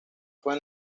fue